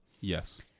Yes